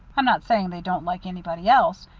i'm not saying they don't like anybody else,